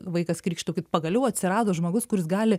vaikas krykštaukit pagaliau atsirado žmogus kuris gali